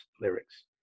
lyrics